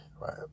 right